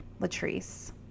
Latrice